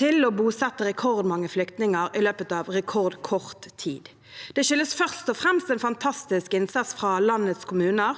til å bosette rekordmange flyktninger i løpet av rekordkort tid. Det skyldes først og fremst en fantastisk innsats fra landets kommuner,